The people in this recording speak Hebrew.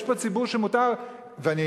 יש פה ציבור שמותר, ואני